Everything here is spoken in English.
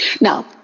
Now